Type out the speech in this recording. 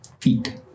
feet